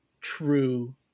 true